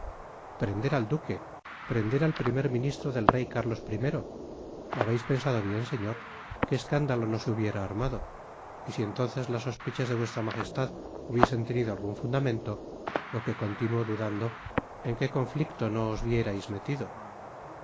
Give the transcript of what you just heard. prender al duque prender al primer ministro del rey carlos l lp babeis pensado bien señor que escándalo no se hubiera armado y si entonces las sospechas de v m hubiesen tenido algun fundamento lo que continuo dudando en que conflicto no os vierais metido